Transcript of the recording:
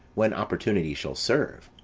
when opportunity shall serve.